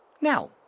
Now